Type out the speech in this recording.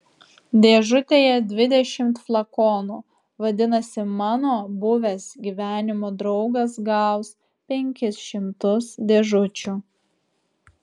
dėžutėje dvidešimt flakonų vadinasi mano buvęs gyvenimo draugas gaus penkis šimtus dėžučių